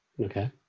okay